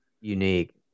unique